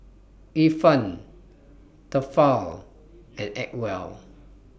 Ifan Tefal and Acwell